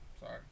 sorry